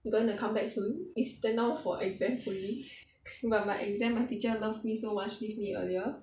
gonna come back soon is stand down for exams only but my exams my teacher love me so much give me earlier